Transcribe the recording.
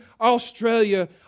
Australia